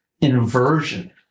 inversion